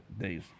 days